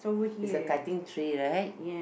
he's a cutting tree right